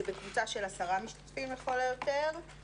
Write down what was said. זה בקבוצות של 10 משתתפים לכל היותר,